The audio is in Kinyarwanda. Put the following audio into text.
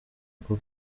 rwo